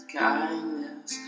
kindness